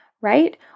Right